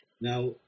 Now